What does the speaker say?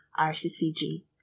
RCCG